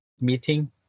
meeting